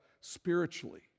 spiritually